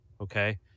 Okay